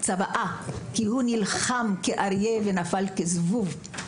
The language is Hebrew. צוואה, כי הוא נלחם כאריה, ונפל כזבוב.